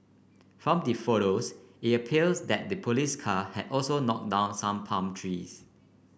from the photos it appears that the police car had also knocked down some palm trees